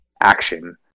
action